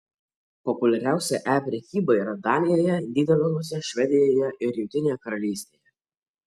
populiariausia e prekyba yra danijoje nyderlanduose švedijoje ir jungtinėje karalystėje